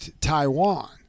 Taiwan